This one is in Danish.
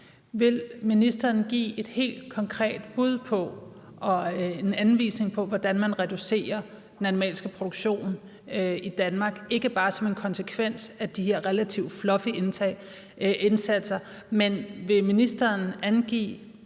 Vil ministeren give et helt konkret bud og en anvisning på, hvordan man reducerer den animalske produktion i Danmark, ikke bare som en konsekvens af de her relativt fluffy indsatser? Vil ministeren angive